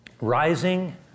Rising